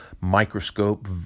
microscope